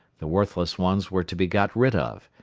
the worthless ones were to be got rid of,